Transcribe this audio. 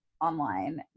online